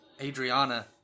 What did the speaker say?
Adriana